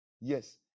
Yes